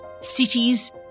cities